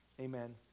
amen